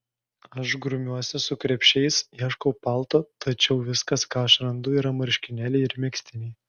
aš grumiuosi su krepšiais ieškau palto tačiau viskas ką aš randu yra marškinėliai ir megztiniai